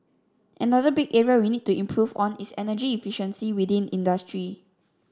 another big area we need to improve on is energy efficiency within industry